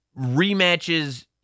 rematches